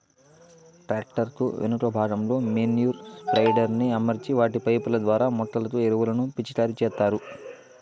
tractor కు వెనుక భాగంలో మేన్యుర్ స్ప్రెడర్ ని అమర్చి వాటి పైపు ల ద్వారా మొక్కలకు ఎరువులను పిచికారి చేత్తారు